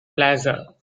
plaza